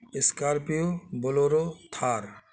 scorpio bolero Thar